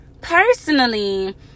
Personally